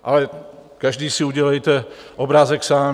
Ale každý si udělejte obrázek sám.